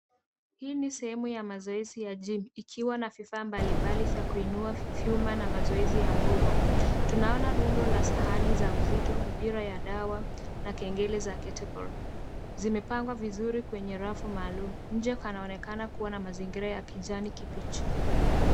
Hii ni sehemu ya mazoezi ya [c.s]gym ikiwa na vifaa mbalimbali za kuinua vyuma na mazoezi ya nguvu. Tunaona rundo la sahani za uzito, mipira ya dawa na kengele za keteble zimepangwa vizuri kwenye rafu maalum. Nje panaonekana kuwa na mazingira ya kijani kibichi.